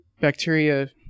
bacteria